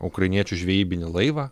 ukrainiečių žvejybinį laivą